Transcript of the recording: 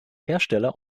hersteller